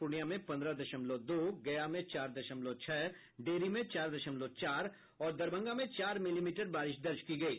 पूर्णिया में पंद्रह दशमलव दो गया में चार दशमलव छह डेहरी में चार दशमलव चार और दरभंगा में चार मिलीमीटर बारिश दर्ज की गयी